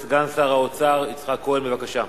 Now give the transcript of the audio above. לסדר-היום סגן שר האוצר יצחק כהן, בבקשה.